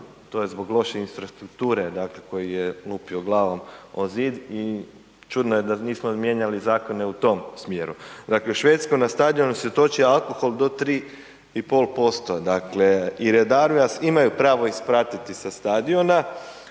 to je zbog loše infrastrukture, dakle koji je lupio glavom o zid i čudno je da nismo mijenjali zakone u tom smjeru. Dakle u Švedskoj na stadionu se toči alkohol do 3,5%, dakle i redari vas imaju pravo ispratiti sa stadiona